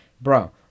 bro